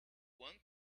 one